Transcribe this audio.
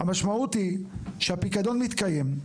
המשמעות היא שהפיקדון מתקיים,